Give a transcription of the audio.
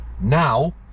Now